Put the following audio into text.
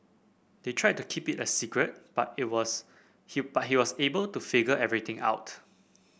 they tried to keep it a secret but he was he but he was able to figure everything out